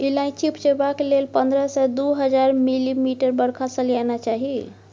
इलाइचीं उपजेबाक लेल पंद्रह सय सँ दु हजार मिलीमीटर बरखा सलियाना चाही